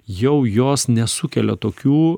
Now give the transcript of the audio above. jau jos nesukelia tokių